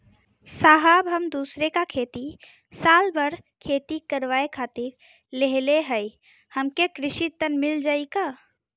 साहब हम दूसरे क खेत साल भर खेती करावे खातिर लेहले हई हमके कृषि ऋण मिल जाई का?